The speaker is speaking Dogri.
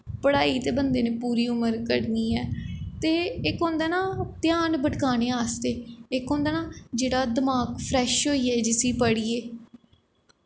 पढ़ाई ते बंदे न पूरी उमर करनी ऐ ते इक होंदा ना ध्यान भटकाने आस्तै इक होंदा ना जेह्ड़ा दमाक फ्रैश होइयै जिसी पढ़िए